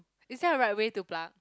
is there a right way to pluck